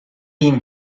been